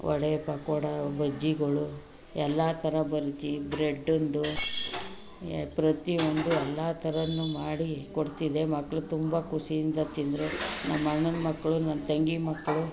ವಡೆ ಪಕೋಡ ಬಜ್ಜಿಗಳು ಎಲ್ಲ ಥರ ಬಜ್ಜಿ ಬ್ರೆಡ್ಡಿಂದು ಎ ಪ್ರತಿಯೊಂದು ಎಲ್ಲ ಥರನೂ ಮಾಡಿ ಕೊಡ್ತಿದ್ದೆ ಮಕ್ಕಳು ತುಂಬ ಖುಷಿಯಿಂದ ತಿಂದರು ನಮ್ಮ ಅಣ್ಣನ ಮಕ್ಕಳು ನನ್ನ ತಂಗಿ ಮಕ್ಕಳು